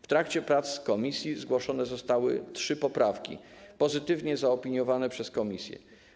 W trakcie prac komisji zgłoszone zostały trzy poprawki, które zostały pozytywnie zaopiniowane przez komisję.